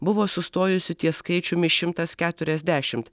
buvo sustojusi ties skaičiumi šimtas keturiasdešimt